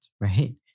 Right